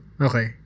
Okay